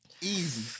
Easy